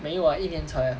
没有 ah 一年才 ah